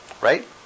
right